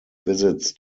visits